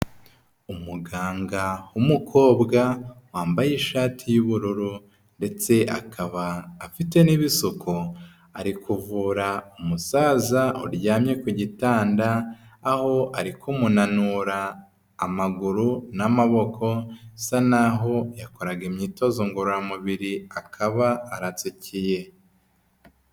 Umuganga w'umukobwa wambaye ishati y'ubururu ndetse akaba afite n'ibisuko, ari kuvura umusaza uryamye ku gitanda, aho ari kumunanura amaguru n'amaboko, asa naho yakoraga imyitozo ngororamubiri akaba aratsikiye.